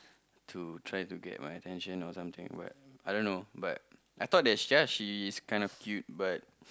to try to get my attention or something but I don't know but I thought she's kind of cute but